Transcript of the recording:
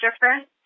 difference